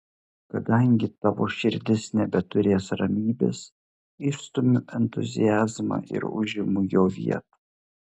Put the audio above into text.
kadangi tavo širdis nebeturės ramybės išstumiu entuziazmą ir užimu jo vietą